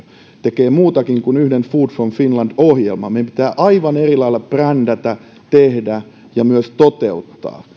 tekee muutakin kuin yhden food from finland ohjelman meidän pitää aivan eri lailla brändätä tehdä ja myös toteuttaa